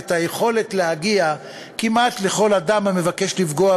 ואת היכולת להגיע כמעט לכל אדם המבקש לפגוע